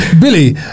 Billy